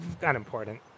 unimportant